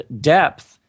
depth